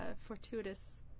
fortuitous